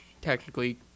technically